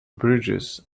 bridges